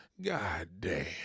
Goddamn